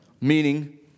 meaning